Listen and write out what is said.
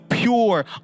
pure